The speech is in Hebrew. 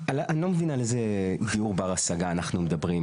מבין על איזה דיור בר השגה אנחנו מדברים.